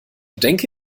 denke